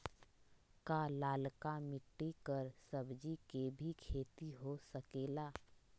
का लालका मिट्टी कर सब्जी के भी खेती हो सकेला?